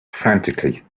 frantically